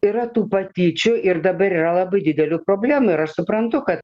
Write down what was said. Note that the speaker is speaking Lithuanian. yra tų patyčių ir dabar yra labai didelių problemų ir aš suprantu kad